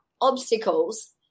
obstacles